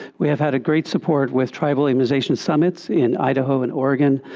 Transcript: we have had a great support with tribal immunization summits in idaho and oregon,